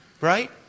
Right